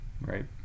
Right